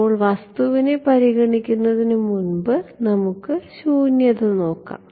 ഇപ്പോൾ വസ്തുവിനെ പരിഗണിക്കുന്നതിനു മുൻപ് നമുക്ക് ശൂന്യത നോക്കാം